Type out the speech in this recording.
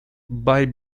buy